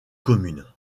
communes